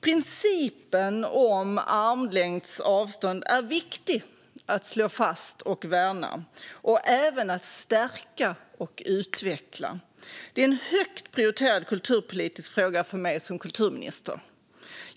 Principen om armlängds avstånd är viktig att slå fast och värna och även att stärka och utveckla. Det är en högt prioriterad kulturpolitisk fråga för mig som kulturminister.